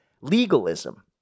legalism